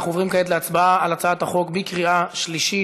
אנחנו עוברים כעת להצבעה על הצעת החוק בקריאה שלישית.